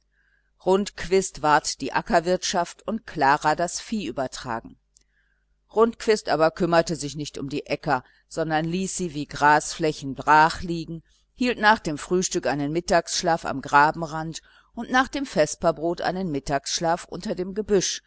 rundquist ward die ackerwirtschaft und klara das vieh übertragen rundquist aber kümmerte sich nicht um die äcker sondern ließ sie wie grasflächen brachliegen hielt nach dem frühstück einen mittagsschlaf am grabenrand und nach dem vesperbrot einen mittagsschlaf unter dem gebüsch